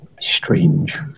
strange